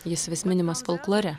jis vis minimas folklore